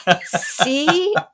see